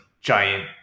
giant